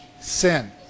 Sin